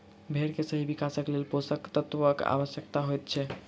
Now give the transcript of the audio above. भेंड़ के सही विकासक लेल पोषण तत्वक आवश्यता होइत छै